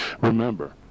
Remember